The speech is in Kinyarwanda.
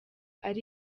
ari